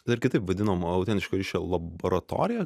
dar kitaip vadinom autentiško ryšio laboratorija